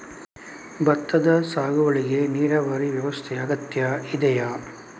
ಭತ್ತದ ಸಾಗುವಳಿಗೆ ನೀರಾವರಿ ವ್ಯವಸ್ಥೆ ಅಗತ್ಯ ಇದೆಯಾ?